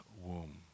womb